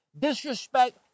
Disrespect